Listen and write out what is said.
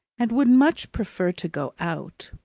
and would much prefer to go out.